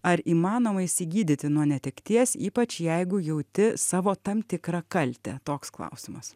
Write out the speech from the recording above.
ar įmanoma išsigydyti nuo netekties ypač jeigu jauti savo tam tikrą kaltę toks klausimas